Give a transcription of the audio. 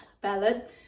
Ballad